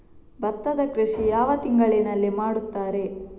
ಭತ್ತದ ಕೃಷಿ ಯಾವ ಯಾವ ತಿಂಗಳಿನಲ್ಲಿ ಮಾಡುತ್ತಾರೆ?